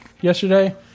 yesterday